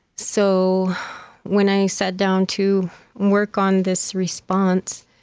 so when i sat down to work on this response,